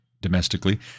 domestically